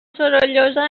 sorollosa